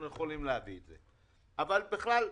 בכלל,